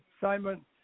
Simon